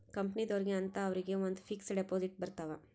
ಕಂಪನಿದೊರ್ಗೆ ಅಂತ ಅವರಿಗ ಒಂದ್ ಫಿಕ್ಸ್ ದೆಪೊಸಿಟ್ ಬರತವ